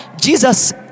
jesus